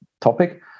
topic